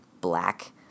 black